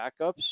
backups